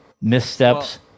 missteps